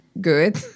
good